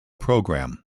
programme